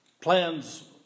plans